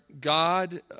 God